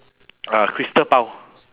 uh crystal bao